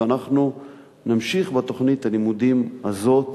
ואנחנו נמשיך בתוכנית הלימודים הזאת